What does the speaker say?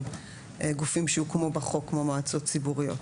גופים שיוקמו בחוק כמו מועצות ציבוריות,